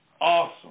awesome